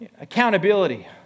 Accountability